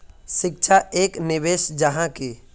शिक्षा एक निवेश जाहा की?